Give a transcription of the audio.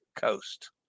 coast